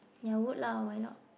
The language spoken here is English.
ya I would lah why not